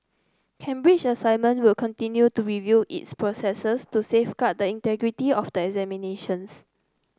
Cambridge Assessment will continue to review its processes to safeguard the integrity of the examinations